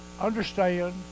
understand